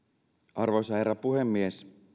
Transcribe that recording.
arvoisa herra puhemies